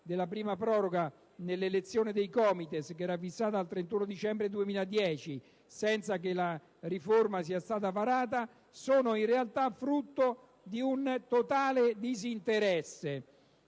della prima proroga nell'elezione dei COMITES, che era stata fissata al 31 dicembre 2010 senza che la riforma sia stata varata, sono in realtà frutto di un totale disinteresse.